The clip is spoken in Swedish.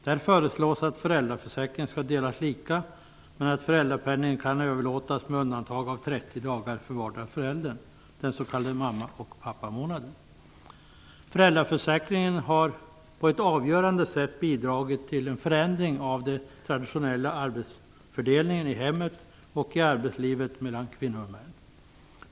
Där föreslås att föräldraförsäkringen skall delas lika, men att föräldrapenningen kan överlåtas med undantag av Föräldraförsäkringen har på ett avgörande sätt bidragit till en förändring av den traditionella arbetsfördelningen i hemmet och i arbetslivet mellan kvinnor och män.